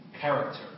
character